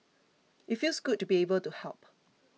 it feels good to be able to help